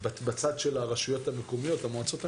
בצד של הרשויות המקומיות, המועצות המקומיות,